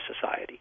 society